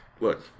look